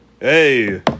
Hey